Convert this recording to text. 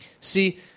See